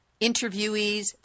interviewees